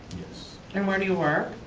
yes. and where do you work?